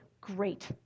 great